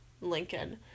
Lincoln